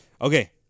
Okay